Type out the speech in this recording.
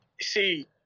See